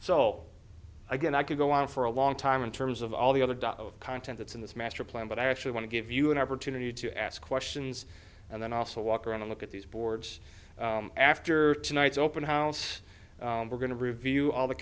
so again i could go on for a long time in terms of all the other dots of content that's in this master plan but i actually want to give you an opportunity to ask questions and then also walk around and look at these boards after tonight's open house we're going to review all the